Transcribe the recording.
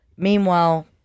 Meanwhile